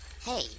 Hey